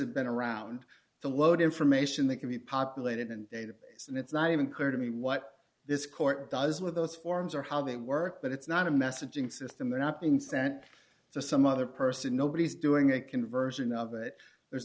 have been around to load information that can be populated and database and it's not even clear to me what this court does with those forms or how they work but it's not a messaging system they're not being sent to some other person nobody's doing a conversion of it there's